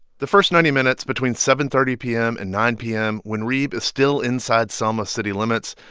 the first ninety minutes between seven thirty p m. and nine p m, when reeb is still inside selma's city limits,